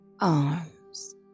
Arms